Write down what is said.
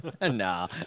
Nah